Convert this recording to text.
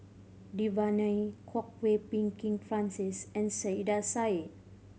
Devan Nair Kwok Peng Kin Francis and Saiedah Said